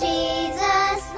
Jesus